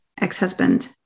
ex-husband